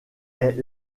est